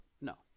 No